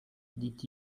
dit